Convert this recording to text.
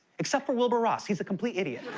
except for wilbur ross, he's a complete idiot.